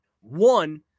one